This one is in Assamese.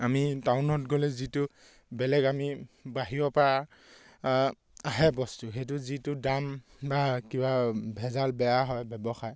আমি টাউনত গ'লে যিটো বেলেগ আমি বাহিৰৰপৰা আহে বস্তু সেইটো যিটো দাম বা কিবা ভেজাল বেয়া হয় ব্যৱসায়